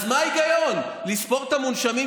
אז מה ההיגיון לספור את המונשמים,